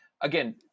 Again